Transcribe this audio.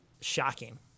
shocking